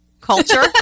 culture